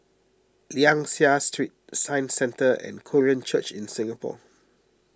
Liang Seah Street Science Centre and Korean Church in Singapore